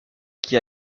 qui